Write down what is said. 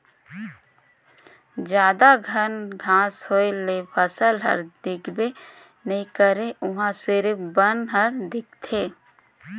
जादा घन घांस होए ले फसल हर दिखबे नइ करे उहां सिरिफ बन हर दिखथे